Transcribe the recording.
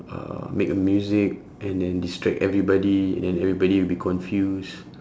uh make a music and then distract everybody and then everybody will be confused